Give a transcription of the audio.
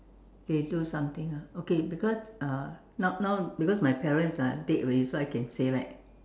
they do something ah okay because uh now now because my parents are dead already so I can say right